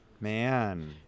Man